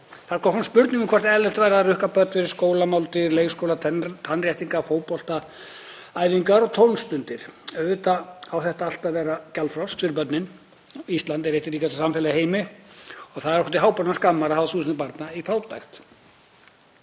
Það kom fram spurning um hvort eðlilegt væri að rukka börn fyrir skólamáltíðir, leikskóla, tannréttingar, fótboltaæfingar og tómstundir. Auðvitað á þetta allt að vera gjaldfrjálst fyrir börnin. Ísland er eitt ríkasta samfélag í heimi og það er okkur til háborinnar skammar að hafa þúsundir barna í fátækt.